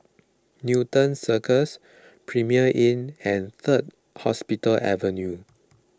Newton Cirus Premier Inn and Third Hospital Avenue